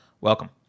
Welcome